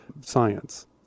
science